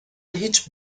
هیچ